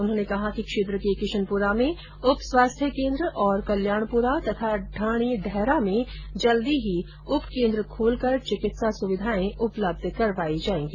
उन्होंने कहा कि क्षेत्र के किशनपुरा में उप स्वास्थ्य केन्द्र और कल्याणपुरा व ढाणी डहरा में जल्दी ही उप केन्द्र खोलकर चिकित्सा सुविधाएं उपलब्ध करवाई जायेगी